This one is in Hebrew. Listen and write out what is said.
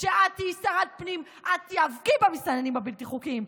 כשאת תהיי שרת הפנים את תיאבקי במסתננים הבלתי-חוקיים.